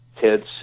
Ted's